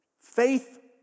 faith